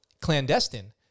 clandestine